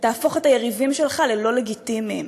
תהפוך את היריבים שלך ללא לגיטימיים.